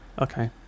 Okay